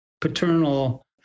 paternal